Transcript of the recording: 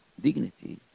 dignity